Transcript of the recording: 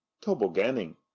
tobogganing